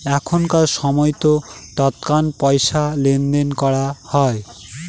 এখনকার সময়তো তৎক্ষণাৎ পয়সা লেনদেন করা হয়